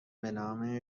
بنام